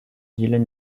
dylan